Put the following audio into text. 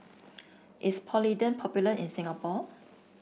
is Polident popular in Singapore